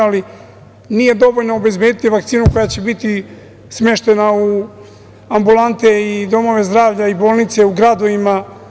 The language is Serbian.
Ali, nije dovoljno obezbediti vakcinu koja će biti smeštena u ambulante, domove zdravlja i bolnice u gradovima.